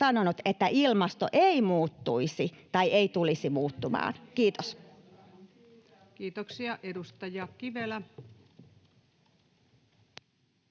sanonut, että ilmasto ei muuttuisi tai ei tulisi muuttumaan. — Kiitos. [Välihuutoja vihreiden